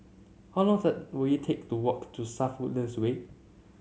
how long does will it take to walk to South Woodlands Way